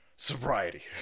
sobriety